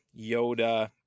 Yoda